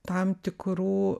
tam tikrų